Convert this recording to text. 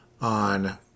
on